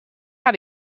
how